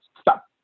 stop